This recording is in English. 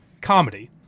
comedy